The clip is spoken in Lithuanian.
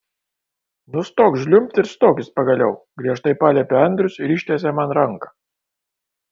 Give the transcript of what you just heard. nustok žliumbti ir stokis pagaliau griežtai paliepė andrius ir ištiesė man ranką